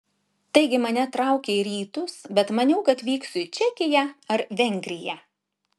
taigi mane traukė į rytus bet maniau kad vyksiu į čekiją ar vengriją